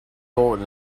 sold